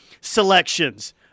selections